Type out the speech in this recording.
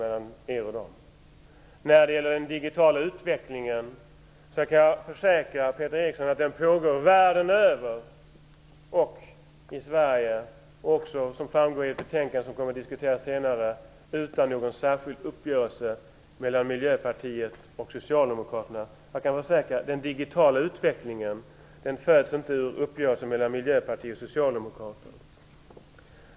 Jag kan försäkra Peter Eriksson att den digitala utvecklingen pågår världen över och även i Sverige, vilket framgår av ett betänkande som kommer att diskuteras senare, utan någon särskild uppgörelse mellan Miljöpartiet och Socialdemokraterna. Jag kan försäkra att den digitala utvecklingen inte föds ur en uppgörelse mellan Miljöpartiet och Socialdemokraterna.